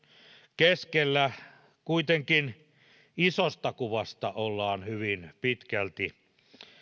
keskellä kuitenkin isosta kuvasta ollaan hyvin pitkälti